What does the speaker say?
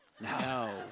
No